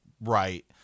right